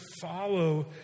follow